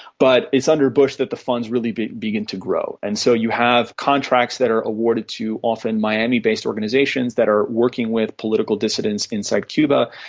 but it's under bush that the funds really begin to grow. and so you have contracts that are awarded to often miami-based organisations that are working with political dissidents inside cuba,